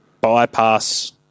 bypass